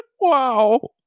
Wow